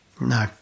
no